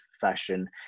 fashion